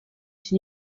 iki